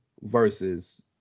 versus